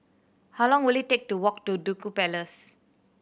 how long will it take to walk to Duku Palace